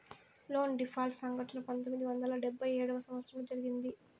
loan default సంఘటన పంతొమ్మిది వందల డెబ్భై ఏడవ సంవచ్చరంలో జరిగింది